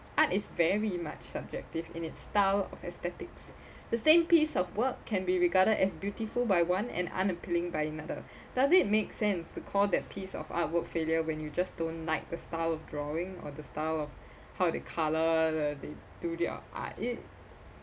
art is very much subjective in its style of aesthetics the same piece of work can be regarded as beautiful by one and unappealing by another does it make sense to call that piece of artwork failure when you just don't like the style of drawing or the style of how they colour they do their art it